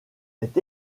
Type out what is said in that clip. est